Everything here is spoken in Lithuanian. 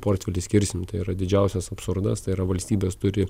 portfelį skirsim tai yra didžiausias absurdas tai yra valstybės turi